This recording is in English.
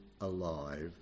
alive